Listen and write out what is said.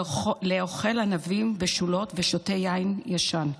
לאוכל ענבים בשולות ושותה יין ישן".